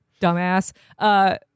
Dumbass